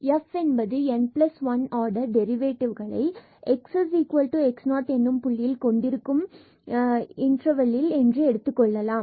எனவே f என்பது n1 order டெரிவேட்டிவ்களை xx0 என்னும் புள்ளியை இன்டர்வெலில் கொண்டிருக்கும் என்று எடுத்துக்கொள்ளலாம்